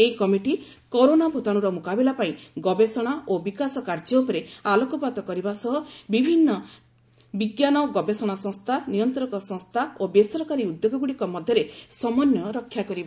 ଏହି committee corona ଭୂତାଣୁର ମୁକାବିଲା ପାଇଁ ଗବେଷଣା ଓ ବିକାଶ କାର୍ଯ୍ୟ ଉପରେ ଆଲୋକପାତ କରିବା ସହ ବିଭିନ୍ନ ବିଜ୍ଞାନ ଗବେଷଣା ସଂସ୍ଥା ନିୟନ୍ତ୍ରକ ସଂସ୍ଥା ଓ ବେସରକାରୀ ଉଦ୍ୟୋଗଗୁଡ଼ିକ ମଧ୍ୟରେ ସମନ୍ୱୟ ରକ୍ଷା କରିବ